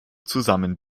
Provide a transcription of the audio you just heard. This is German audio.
zusammen